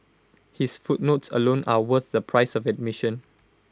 his footnotes alone are worth the price of admission